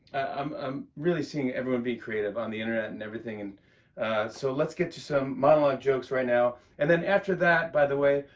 um i'm really seeing everyone being creative on the internet and everything so let's get to some monologue jokes right now. and then, after that, by the way,